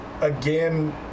again